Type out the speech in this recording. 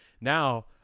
Now